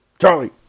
Charlie